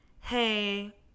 Hey